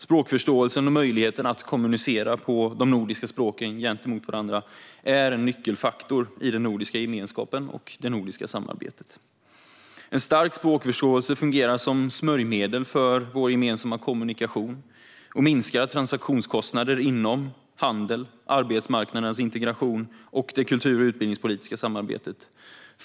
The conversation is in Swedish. Språkförståelsen och möjligheten att kommunicera med varandra på de nordiska språken är en nyckelfaktor i den nordiska gemenskapen och det nordiska samarbetet. En stark språkförståelse fungerar som smörjmedel för vår gemensamma kommunikation och minskar transaktionskostnader inom handel, samtidigt som den bidrar till arbetsmarknadernas integration och det kultur och utbildningspolitiska samarbetet.